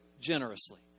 generously